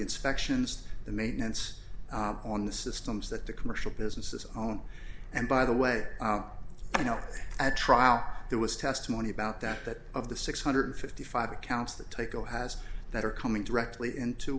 inspections the maintenance on the systems that the commercial businesses on and by the way you know at trial there was testimony about that that of the six hundred fifty five accounts that take a has that are coming directly into